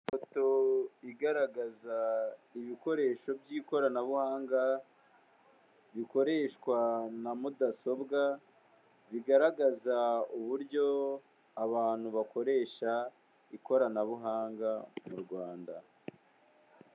Ifoto igaragaza ibikoresho by'ikoranabuhanga, bikoreshwa na mudasobwa, bigaragaza uburyo abantu bakoresha ikoranabuhanga mu Rwanda.